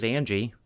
Angie